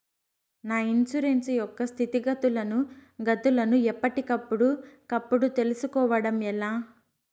నా ఇన్సూరెన్సు యొక్క స్థితిగతులను గతులను ఎప్పటికప్పుడు కప్పుడు తెలుస్కోవడం ఎలా?